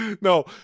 no